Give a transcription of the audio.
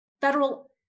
federal